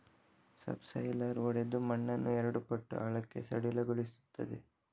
subsoiler ಒಡೆದು ಮಣ್ಣನ್ನು ಎರಡು ಪಟ್ಟು ಆಳಕ್ಕೆ ಸಡಿಲಗೊಳಿಸುತ್ತದೆ